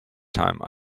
time